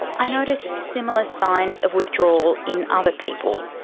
i notice similar signs of withdrawal in other people.